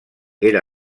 era